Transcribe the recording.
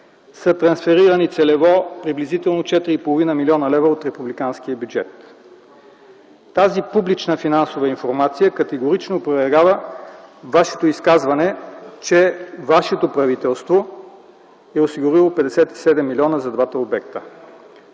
са трансферирани целево приблизително 4,5 млн. лв. от републиканския бюджет. Тази публична финансова информация категорично опровергава Вашето изказване, че вашето правителство е осигурило 57 млн. лв. за двата обекта.